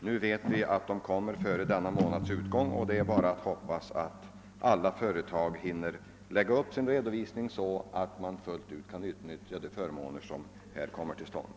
Nu har vi fått höra att föreskrifterna kommer före denna månads utgång, och då kan man bara hoppas att alla företag hinner lägga upp sin redovisning så att de fullt ut kan utnyttja de förmåner som därmed ges genom transportstödet.